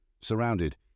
Surrounded